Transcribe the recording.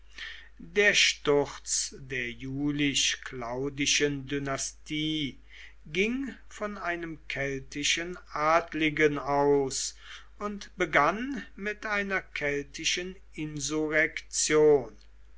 der sturz der julisch claudischen dynastie ging von einem keltischen adligen aus und begann mit einer keltischen